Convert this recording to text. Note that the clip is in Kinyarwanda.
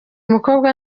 mukobwa